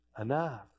enough